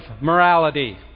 morality